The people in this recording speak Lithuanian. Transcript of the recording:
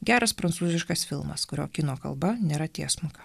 geras prancūziškas filmas kurio kino kalba nėra tiesmuka